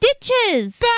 stitches